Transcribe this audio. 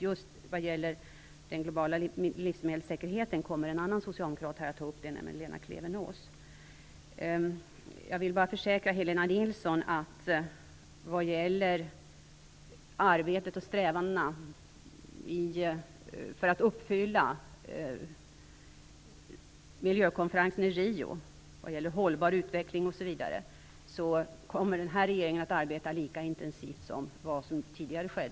Just frågan om den globala livsmedelssäkerheten kommer en annan socialdemokratisk ledamot att ta upp, nämligen Lena Vad gäller arbetet och strävandena för att uppfylla målen vid miljökonferensen i Rio om hållbar utveckling osv. kan jag försäkra Helena Nilsson om att nuvarande regering kommer att arbeta lika intensivt som tidigare har skett.